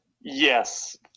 Yes